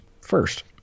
first